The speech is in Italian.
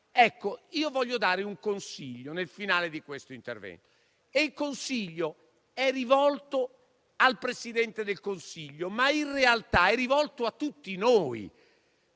Ecco, io voglio dare un consiglio nel finale di questo intervento. Il consiglio è rivolto al presidente Conte, ma anche, in realtà, a tutti noi.